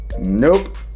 Nope